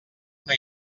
una